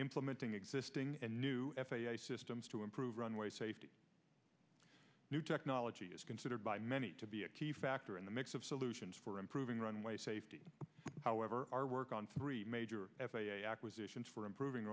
implementing existing and new f a a systems to improve runway safety new technology is considered by many to be a key factor in the mix of solutions for improving runway safety however our work on three major f a a acquisitions for improving